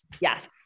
Yes